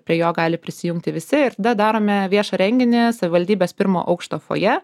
prie jo gali prisijungti visi ir tada darome viešą renginį savivaldybės pirmo aukšto fojė